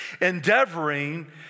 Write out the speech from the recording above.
endeavoring